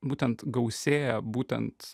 būtent gausėja būtent